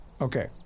Okay